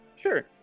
Sure